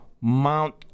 Mount